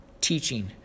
teaching